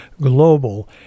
global